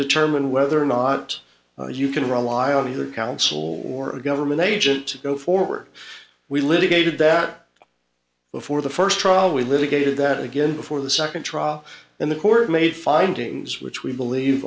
determine whether or not you can rely on either counsel or a government agent to go forward we litigated that before the first trial we litigated that again before the second trial and the court made findings which we believe